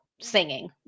singing